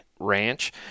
ranch